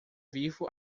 vivo